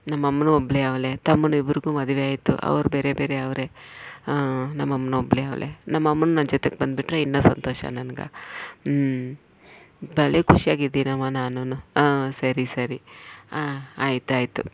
ನಮ್ಮಮ್ಮನು ಒಬ್ಳೆ ಅವ್ಳೆ ತಮ್ಮನು ಇಬ್ರಿಗೂ ಮದುವೆ ಆಯ್ತು ಅವ್ರು ಬೇರೆ ಬೇರೆ ಅವ್ರೆ ನಮ್ಮಮ್ಮನ್ನ ಒಬ್ಳೆ ಅವ್ಳೆ ನಮ್ಮಮ್ಮನ್ನ ನನ್ನ ಜೊತೆ ಬಂದ್ಬಿಟ್ರೆ ಇನ್ನೂ ಸಂತೋಷ ನನಗೆ ಹ್ಞೂ ಭಲೇ ಖುಷಿಯಾಗಿದ್ದೀನಮ್ಮ ನಾನೂ ಹಾಂ ಸರಿ ಸರಿ ಹಾಂ ಆಯ್ತು ಆಯ್ತು